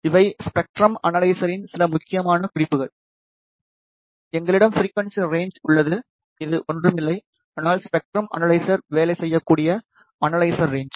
இவை ஸ்பெக்ட்ரம் அனலைசரின் சில முக்கியமான குறிப்புகள் எங்களிடம் ஃபிரிக்குவன்ஸி ரேன்ச் உள்ளது இது ஒன்றுமில்லை ஆனால் ஸ்பெக்ட்ரம் அனலைசர் வேலை செய்யக்கூடிய அனலைசர் ரேன்ச்